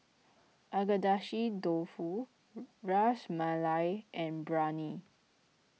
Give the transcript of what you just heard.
Agedashi Dofu Ras Malai and Biryani